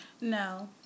No